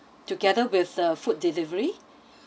together with the food delivery